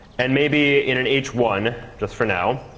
and maybe in an h one, just for now,